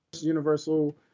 Universal